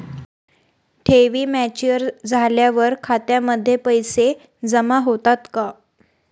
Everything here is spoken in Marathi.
ठेवी मॅच्युअर झाल्यावर खात्यामध्ये पैसे जमा होतात का?